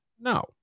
No